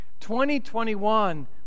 2021